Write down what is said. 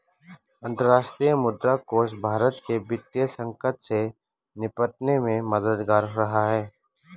अंतर्राष्ट्रीय मुद्रा कोष भारत के वित्तीय संकट से निपटने में मददगार रहा है